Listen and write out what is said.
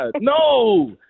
no